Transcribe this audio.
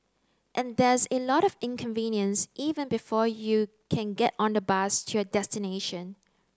and there's a lot of inconvenience even before you can get on the bus to your destination